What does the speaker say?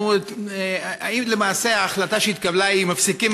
האם למעשה ההחלטה שהתקבלה היא שמפסיקים